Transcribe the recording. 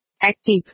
Active